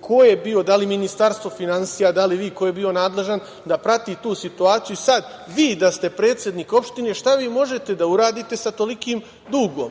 Ko je bio, da li Ministarstvo finansija, da li vi, nadležan da prati tu situaciju? Sada vi da ste predsednik opštine šta vi možete da uradite sa tolikim dugom?